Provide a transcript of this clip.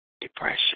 depression